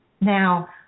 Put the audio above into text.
now